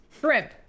Shrimp